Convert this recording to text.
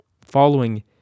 Following